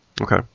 Okay